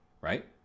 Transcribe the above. right